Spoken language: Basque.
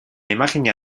imajina